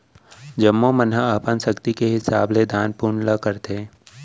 जम्मो मन ह अपन सक्ति के हिसाब ले दान पून ल करथे